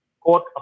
court